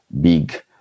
big